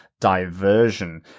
diversion